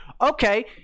okay